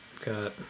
Got